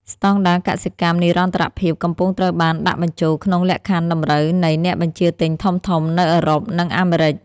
ស្ដង់ដារកសិកម្មនិរន្តរភាពកំពុងត្រូវបានដាក់បញ្ចូលក្នុងលក្ខខណ្ឌតម្រូវនៃអ្នកបញ្ជាទិញធំៗនៅអឺរ៉ុប និងអាមេរិក។